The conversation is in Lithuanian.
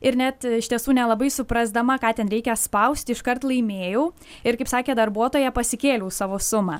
ir net iš tiesų nelabai suprasdama ką ten reikia spausti iškart laimėjau ir kaip sakė darbuotoja pasikėliau savo sumą